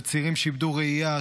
וצעירים שאיבדו ראייה,